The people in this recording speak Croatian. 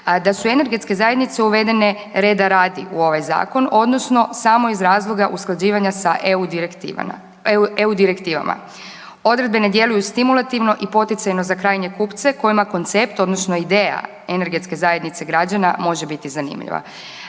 da su energetske zajednice uvedene reda radi u ovaj Zakon odnosno samo iz razloga usklađivanja sa EU direktivama. Odredbe ne djeluju stimulativno i poticajno za krajnje kupce kojima koncept odnosno ideja energetske zajednice građana može biti zanimljiva.